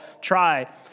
try